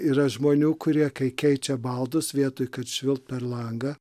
yra žmonių kurie kai keičia baldus vietoj kad švilpt per langą